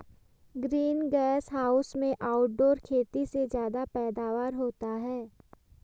green gas house में outdoor खेती से ज्यादा पैदावार होता है